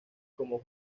como